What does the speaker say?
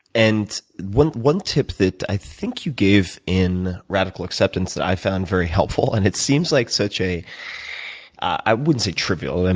and one tip that i think you gave in radical acceptance that i found very helpful and it seems like such a i wouldn't say trivial, and